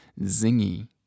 zingy